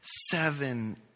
seven